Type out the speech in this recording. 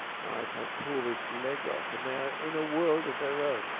now if i pull this leg off, and they're in a world of their own.